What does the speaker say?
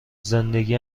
زندگی